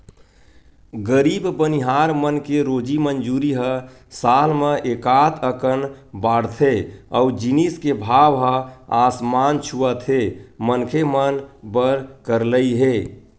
गरीब बनिहार मन के रोजी मंजूरी ह साल म एकात अकन बाड़थे अउ जिनिस के भाव ह आसमान छूवत हे मनखे मन बर करलई हे